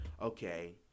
okay